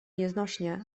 nieznośnie